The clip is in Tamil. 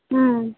ம்